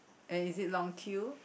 uh is it long queue